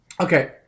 Okay